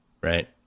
right